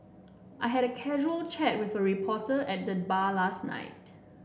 I had a casual chat with a reporter at the bar last night